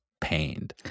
pained